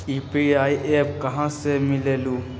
UPI app कहा से मिलेलु?